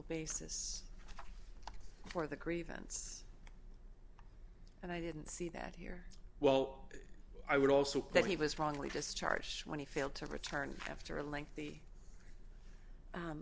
basis for the grievance and i didn't see that here well i would also hope that he was wrongly discharged when he failed to return after a lengthy